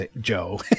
Joe